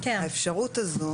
האפשרות הזו